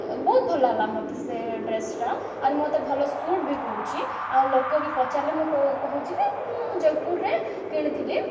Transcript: ବହୁତ ଭଲ ହେଲା ମୋତେ ସେ ଡ୍ରେସଟା ଆରେ ମୋତେ ଭଲ ସୁଟ୍ ବି କରୁଛିି ଆଉ ଲୋକ ବି ପଚାରିଲେ ମୁଁ କହୁଛି କି ମୁଁ ଜୟପୁରରେ କିଣିଥିଲି